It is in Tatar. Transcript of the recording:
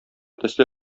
төсле